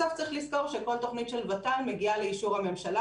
צריך לזכור שכל תוכנית של ות"ל מגיעה לאישור הממשלה.